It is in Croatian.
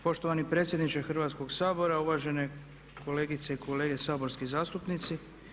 Poštovani predsjedniče Hrvatskog sabora, uvažene kolegice i kolege saborski zastupnici.